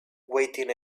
waiting